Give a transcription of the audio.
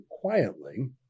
quietly